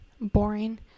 boring